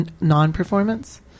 non-performance